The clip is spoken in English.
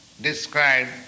described